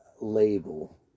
label